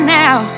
now